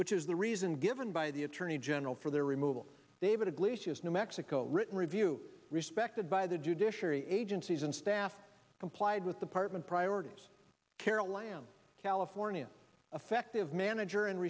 which is the reason given by the attorney general for their removal david iglesias new mexico written review respected by the judiciary agencies and staff complied with the partment priorities carol lam california effective manager and